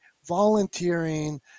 volunteering